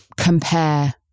compare